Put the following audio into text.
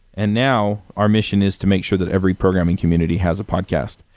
and now, our mission is to make sure that every programming community has a podcast,